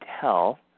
tell